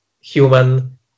human